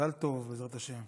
מזל טוב, בעזרת השם.